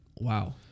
Wow